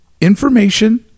information